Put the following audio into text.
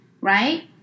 right